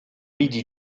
midi